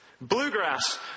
Bluegrass